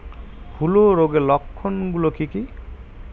হূলো রোগের লক্ষণ গুলো কি কি?